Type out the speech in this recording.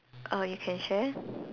uh you can share